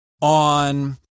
on